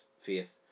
faith